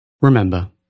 Remember